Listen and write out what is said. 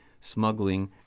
smuggling